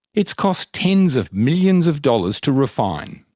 it's cost tens of millions of dollars to refine.